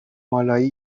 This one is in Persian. مالایی